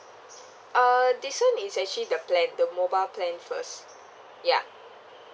uh this one is actually the plan the mobile plan first yeah